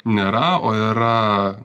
nėra o yra